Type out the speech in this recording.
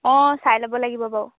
অঁ চাই ল'ব লাগিব বাৰু